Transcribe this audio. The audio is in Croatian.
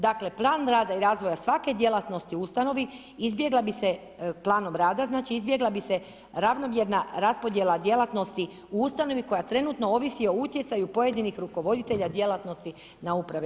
Dakle, plan rada i razvoja svake djelatnosti u ustanovi izbjegla bi se planom rada, znači izbjegla bi se ravnomjerna raspodjela djelatnosti u ustanovi koja trenutno ovisi o utjecaju pojedinih rukovoditelja djelatnosti na uprave.